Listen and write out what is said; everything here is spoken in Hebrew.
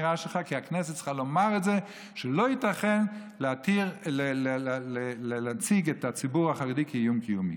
כי הכנסת צריכה לומר שלא ייתכן להציג את הציבור החרדי כאיום קיומי.